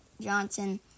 Johnson